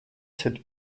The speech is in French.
cette